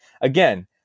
again